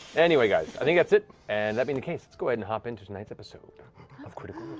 anyway, guys, i think that's it, and that being the case, let's go ahead and hop into tonight's episode of critical